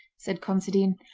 said considine.